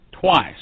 Twice